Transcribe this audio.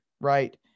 right